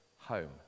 home